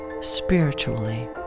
spiritually